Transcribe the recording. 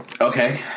Okay